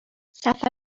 سفر